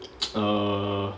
err